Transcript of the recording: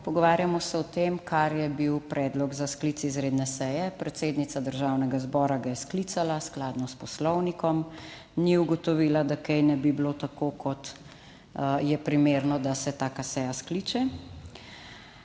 Pogovarjamo se o tem, kar je bil predlog za sklic izredne seje, predsednica Državnega zbora ga je sklicala, skladno s Poslovnikom, ni ugotovila, da kaj ne bi bilo tako, kot je primerno, da se taka seja skliče.